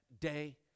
day